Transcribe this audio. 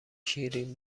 شیرین